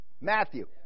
Matthew